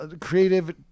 creative